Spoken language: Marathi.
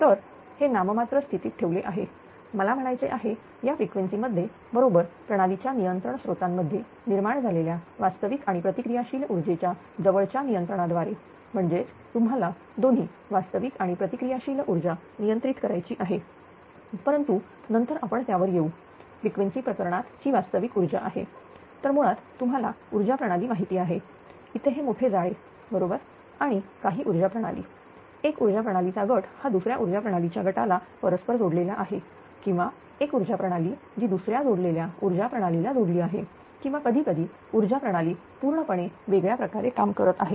तर हे नाममात्र स्थितीत ठेवले आहे मला म्हणायचे आहे या फ्रिक्वेन्सी मध्ये बरोबर प्रणालीच्या नियंत्रण स्रोतांमध्ये निर्माण झालेल्या वास्तविक आणि प्रतिक्रिया शील ऊर्जेच्या जवळच्या नियंत्रणा द्वारे म्हणजेच तुम्हाला दोन्ही वास्तविक आणि प्रतिक्रिया शील ऊर्जा नियंत्रित करायची आहे परंतु नंतर आपण त्यावर येऊ परंतु फ्रिक्वेन्सी प्रकरणात ही वास्तविक ऊर्जा आहे तर मुळात तुम्हाला ऊर्जा प्रणाली माहिती आहे इथे हे मोठे जाळे बरोबर आणि काही ऊर्जा प्रणाली एक ऊर्जा प्रणालीचा गट हा दुसऱ्या ऊर्जा प्रणालीच्या गटाला परस्पर जोडलेला आहे किंवा एक ऊर्जा प्रणाली जी दुसऱ्या जोडलेल्या ऊर्जा प्रणालीला जोडली आहे किंवा कधीकधी ऊर्जा प्रणाली पूर्णपणे वेगळ्या प्रकारे काम करत आहे